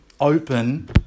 open